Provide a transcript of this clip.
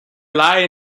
lie